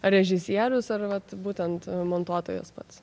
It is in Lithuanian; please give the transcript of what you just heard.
režisierius ar vat būtent montuotojas pats